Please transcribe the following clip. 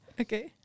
Okay